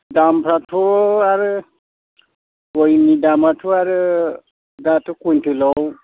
दामफ्राथ' आरो गयनि दामआथ' आरो दाथ' कुइन्टेलाव